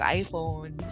iPhone